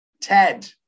Ted